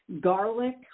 garlic